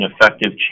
effective